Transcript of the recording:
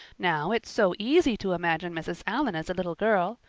now, it's so easy to imagine mrs. allan as a little girl.